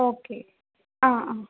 okay ആ ആ